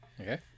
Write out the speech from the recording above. Okay